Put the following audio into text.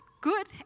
good